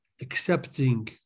accepting